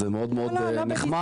זה מאוד מאוד נחמד.